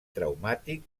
traumàtic